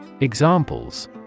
Examples